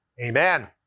amen